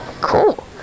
Cool